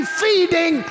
feeding